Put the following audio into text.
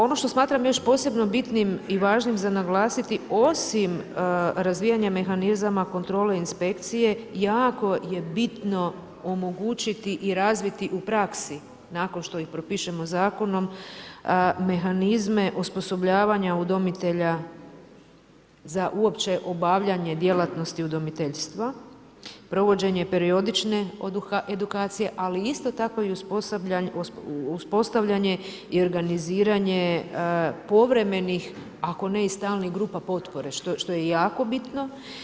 Ono što smatram još posebno bitnim i važnim za naglasiti, osim razvijanja mehanizama, kontrole inspekcije, jako je bitno omogućiti i razviti u praksi, nakon što ih propišemo zakonom, mehanizme osposobljavanje udomitelja za uopće obavljanje djelatnosti udomiteljstva, provođenje periodične edukacije, ali isto tako i uspostavljanje i organiziranje povremenih, ako ne i stalnih grupa potpore, što je jako bitno.